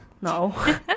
no